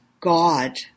God